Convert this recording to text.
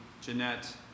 Jeanette